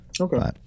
Okay